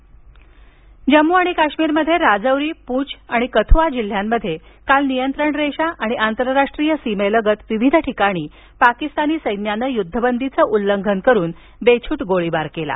गोळीबार जम्मू आणि काश्मीरमध्ये राजौरी पूँछ आणि कथुआ जिल्ह्यांमध्ये काल नियंत्रण रेषा आणि आंतरराष्ट्रीय सीमेलगत विविध ठिकाणी पाकिस्तानी सैन्यानं युद्धबंदीचं उल्लंघन करुन बेछूट गोळीबार केला